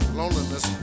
loneliness